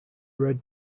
red